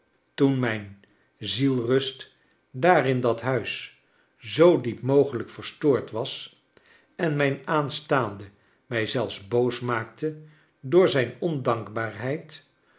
toen mijn zielsrust daar in dat huis zoo diep mogelijk verstoord was en mijn aanstaande mij zelfs boos maakte door zijn ondankbaarheid